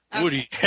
Woody